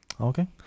Okay